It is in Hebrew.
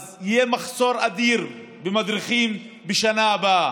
אז יהיה מחסור אדיר במדריכים בשנה הבאה.